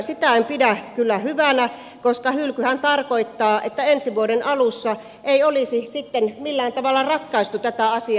sitä en pidä kyllä hyvänä koska hylkyhän tarkoittaa että ensi vuoden alussa ei olisi sitten millään tavalla ratkaistu tätä asiaa